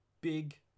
big